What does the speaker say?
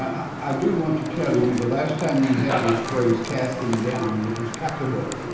i do want to tell you the last time we had this phrase, casting down, it was cuttable.